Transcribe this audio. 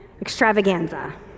extravaganza